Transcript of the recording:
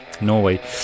Norway